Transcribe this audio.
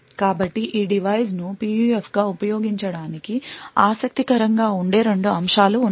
కాబట్టి ఈ డిజైన్ను PUF గా ఉపయోగించడానికి ఆసక్తికరంగా ఉండే 2 అంశాలు ఉన్నాయి